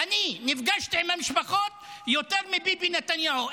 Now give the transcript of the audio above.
אני נפגשתי עם המשפחות יותר מביבי נתניהו.